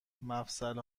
مفصل